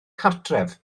cartref